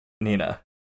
Nina